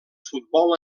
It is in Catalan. futbol